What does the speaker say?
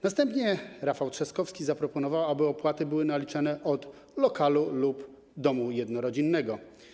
Następnie Rafał Trzaskowski zaproponował, aby opłaty były naliczane od lokalu lub domu jednorodzinnego.